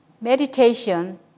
Meditation